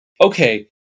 okay